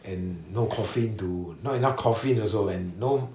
and no coffin to not enough coffin and also and no